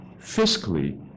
fiscally